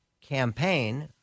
campaign